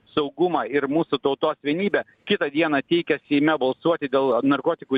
saugumą ir mūsų tautos vienybę kitą dieną teikia seime balsuoti dėl narkotikų